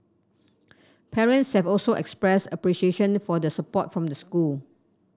parents have also expressed appreciation for the support from the school